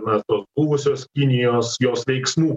na tos buvusios kinijos jos veiksmų